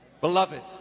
Beloved